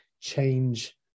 change